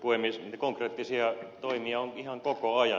niitä konkreettisia toimia on ihan koko ajan